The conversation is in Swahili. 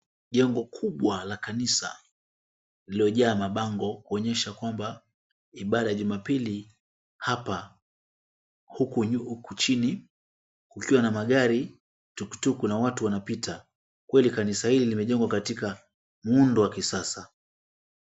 Jengo kubwa la kanisa lililojaa mabango kuonyesha kwamba ibaada ya jumapili hapa, huku chini kukiwa na magari, tukutuku na watu wanapita, kweli kanisa hili limejengwa katika muundo wa kisasa.